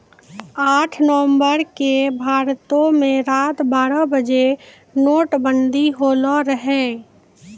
आठ नवम्बर के भारतो मे रात बारह बजे नोटबंदी होलो रहै